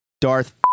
Darth